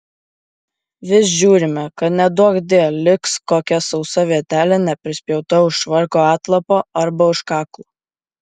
vis žiūrime kad neduokdie liks kokia sausa vietelė neprispjauta už švarko atlapo arba už kaklo